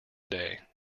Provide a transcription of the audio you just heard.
day